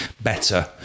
better